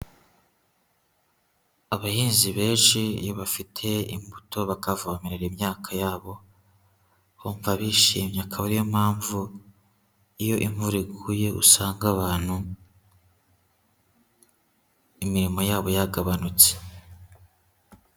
Abahinzi benshi iyo bafite imbuto bakavomerera imyaka yabo, bumva bishimye akaba ari yo mpamvu iyo imvura iguye, usanga abantu imirimo yabo yagabanutse.